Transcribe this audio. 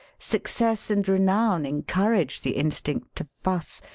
success and renown encourage the instinct to fuss,